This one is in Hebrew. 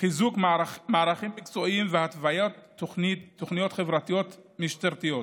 חיזוק מערכים מקצועיים והתוויית תוכניות חברתיות-משטרתיות.